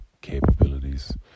capabilities